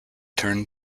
turned